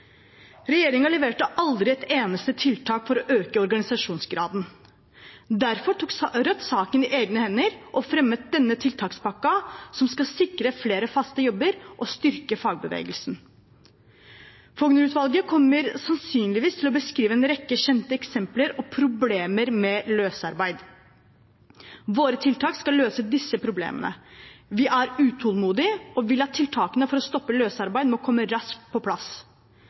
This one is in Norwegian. leverte aldri et eneste tiltak for å øke organisasjonsgraden. Derfor tok Rødt saken i egne hender og fremmet denne tiltakspakken, som skal sikre flere fast jobb og styrke fagbevegelsen. Fougner-utvalget kommer sannsynligvis til å beskrive en rekke kjente eksempler og problemer med løsarbeid. Våre tiltak skal løse disse problemene. Vi er utålmodige og vil at tiltakene for å stoppe løsarbeid må komme raskt på plass.